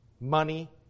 money